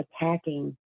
attacking